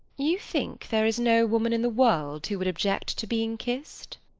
you think there is no woman in the world who would object to being kissed?